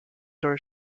door